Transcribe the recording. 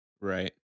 Right